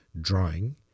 drawing